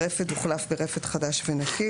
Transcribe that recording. הרפד הוחלף ברפד חדש ונקי.